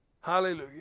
Hallelujah